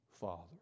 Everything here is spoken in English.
Father